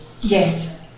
Yes